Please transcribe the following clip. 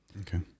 Okay